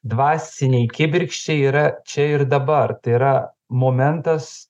dvasinei kibirkščiai yra čia ir dabar tai yra momentas